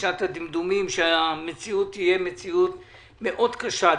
בשעת הדמדומים שהמציאות תהיה מציאות מאוד קשה.